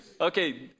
Okay